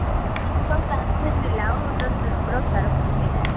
तुस चिंता टेंशन नि लैओ तुस भरोसा रक्खो मेरै'र